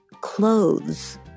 clothes